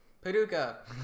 paducah